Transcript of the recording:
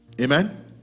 Amen